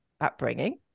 upbringing